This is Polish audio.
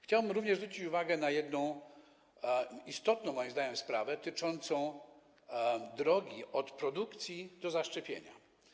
Chciałbym również zwrócić uwagę na jedną istotną moim zdaniem sprawę, dotyczącą drogi od produkcji do zaszczepienia.